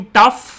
tough